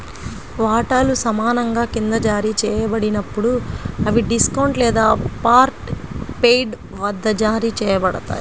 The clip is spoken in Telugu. వాటాలు సమానంగా క్రింద జారీ చేయబడినప్పుడు, అవి డిస్కౌంట్ లేదా పార్ట్ పెయిడ్ వద్ద జారీ చేయబడతాయి